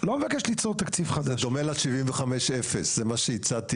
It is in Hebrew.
לא מבקש ליצור תקציב חדש --- זה דומה ל0%-75% מה שהצעתי,